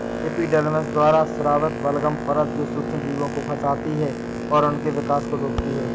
epidermis द्वारा स्रावित बलगम परत जो सूक्ष्मजीवों को फंसाती है और उनके विकास को रोकती है